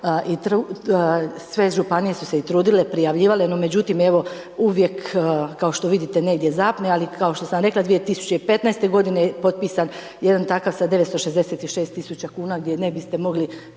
i sve županije su se i trudile, prijavljivale, no međutim evo uvijek kao što vidite negdje zapne. Ali kao što sam rekla 2015. godine je potpisan jedan takav sa 966 tisuća kuna gdje ne biste mogli